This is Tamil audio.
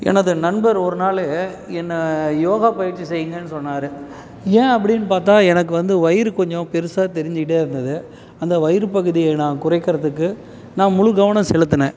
எனது நண்பர் ஒரு நாள் என்னை யோகா பயிற்சி செய்யுங்கன்னு சொன்னார் ஏன் அப்படின்னு பார்த்தா எனக்கு வந்து வயிறு கொஞ்சம் பெரிசா தெரிஞ்சுக்கிட்டே இருந்தது அந்த வயிறு பகுதியை நான் குறைக்கிறதுக்கு நான் முழு கவனம் செலுத்தினேன்